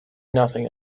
nothing